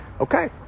Okay